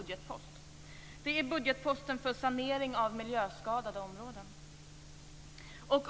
Det gäller då budgetposten för sanering av miljöskadade områden.